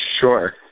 sure